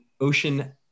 ocean